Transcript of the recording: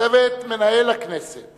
לצוות מינהל הכנסת